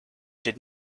did